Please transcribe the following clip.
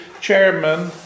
chairman